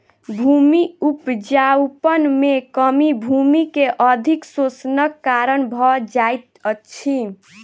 भूमि उपजाऊपन में कमी भूमि के अधिक शोषणक कारण भ जाइत अछि